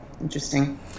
Interesting